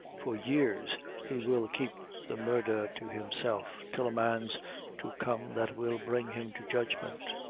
for years he will keep the murther to himself, till a man's to come that will bring him to judgment.